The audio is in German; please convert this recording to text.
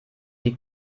die